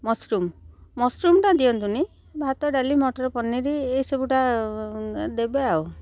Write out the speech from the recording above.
mushroom ମସରୁମଟା ଦିଅନ୍ତୁନି ଭାତ ଡାଲି ମଟର ପନିରି ଏଇସବୁଟା ଦେବେ ଆଉ